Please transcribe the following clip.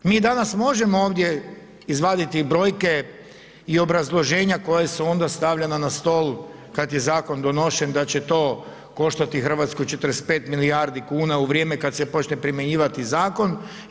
Mi danas možemo ovdje izvaditi brojke i obrazloženja koja su onda stavljena na stol kad je zakon donošen da će to koštati Hrvatsku 45 milijardi kuna u vrijeme kad se počne primjenjivati zakon i vjerojatno hoće.